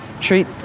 Treat